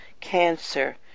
cancer